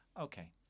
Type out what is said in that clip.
Okay